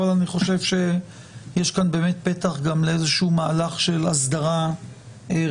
אבל אני חושב שיש כאן באמת פתח גם לאיזשהו מהלך של הסדרה רחבה,